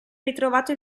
ritrovato